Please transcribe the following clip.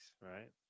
right